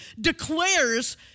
declares